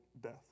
death